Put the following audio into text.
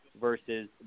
versus